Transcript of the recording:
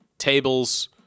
tables